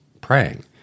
praying